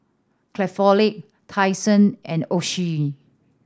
Craftholic Tai Sun and Oishi